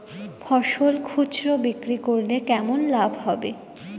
ফসল খুচরো বিক্রি করলে কেমন লাভ হবে?